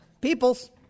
Peoples